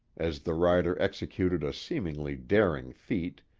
as the rider executed a seemingly daring feat,